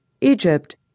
Egypt